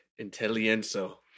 intellienzo